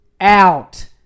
out